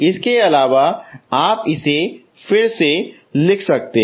इसके अलावा आप इसे फिर से लिख सकते हैं